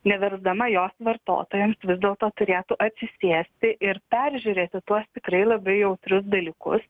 neversdama jos vartotojams vis dėlto turėtų atsisėsti ir peržiūrėti tuos tikrai labai jautrius dalykus